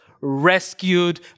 rescued